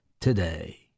today